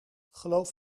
geloof